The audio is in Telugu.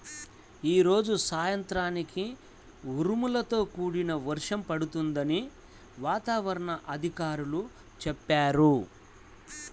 యీ రోజు సాయంత్రానికి ఉరుములతో కూడిన వర్షం పడుతుందని వాతావరణ అధికారులు చెప్పారు